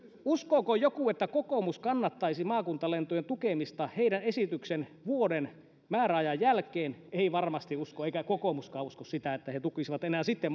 uskooko joku että kokoomus kannattaisi maakuntalentojen tukemista heidän esityksensä vuoden määräajan jälkeen ei varmasti usko eikä kokoomuskaan usko sitä että he tukisivat enää sitten